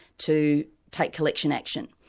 to take collection action.